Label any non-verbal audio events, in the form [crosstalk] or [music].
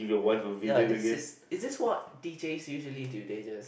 [breath] ya this is is this what d_js usually do they just